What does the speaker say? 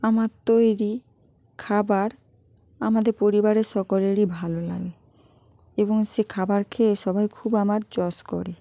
আমার তৈরি খাবার আমাদের পরিবারের সকলেরই ভালো লাগে এবং সে খাবার খেয়ে সবাই খুব আমার যশ করে